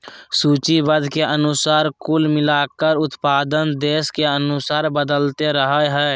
सूचीबद्ध के अनुसार कुल मिलाकर उत्पादन देश के अनुसार बदलते रहइ हइ